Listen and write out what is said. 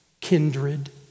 kindred